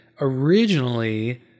originally